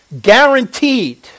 guaranteed